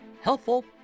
helpful